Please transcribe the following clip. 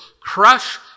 crush